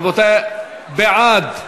רבותי, בעד,